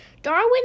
Darwin